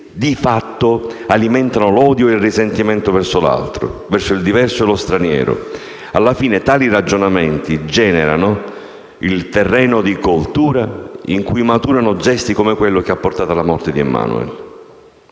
di fatto, alimentano l'odio e il risentimento verso l'altro, verso il diverso e lo straniero. Alla fine tali ragionamenti generano il terreno di coltura in cui maturano gesti come quello che ha portato alla morte di Emmanuel.